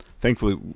thankfully